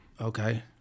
Okay